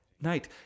Night